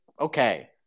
okay